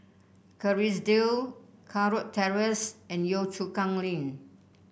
Kerrisdale Kurau Terrace and Yio Chu Kang Link